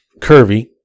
curvy